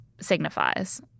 signifies